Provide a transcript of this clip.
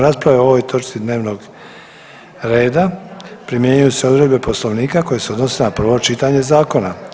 rasprave o ovoj točci dnevnog reda primjenjuju se odredbe Poslovnika koje se odnose na prvo čitanje zakona.